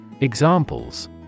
Examples